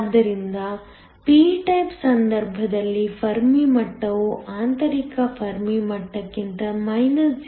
ಆದ್ದರಿಂದ p type ಸಂದರ್ಭದಲ್ಲಿ Fermi ಮಟ್ಟವು ಆಂತರಿಕ ಫರ್ಮಿ ಮಟ್ಟಕ್ಕಿಂತ 0